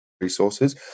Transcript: resources